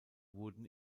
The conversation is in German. wurden